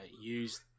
use